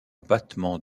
battements